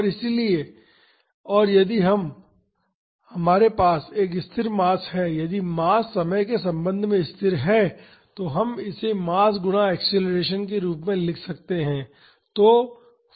इसलिए और यदि हमारे पास एक स्थिर मास है यदि मास समय के संबंध में स्थिर है तो हम इसे मास गुणा एक्सेलरेशन के रूप में लिख सकते हैं